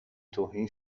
توهین